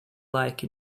like